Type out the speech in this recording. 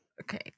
Okay